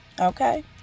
Okay